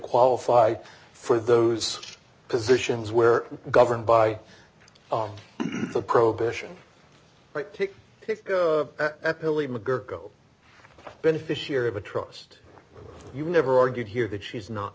qualify for those positions where governed by the prohibition right to go beneficiary of a trust you never argued here that she's not